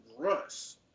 Russ